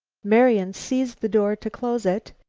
marian seized the door to close it.